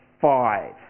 Five